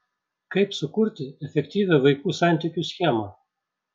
kaip sukurti efektyvią vaikų santykių schemą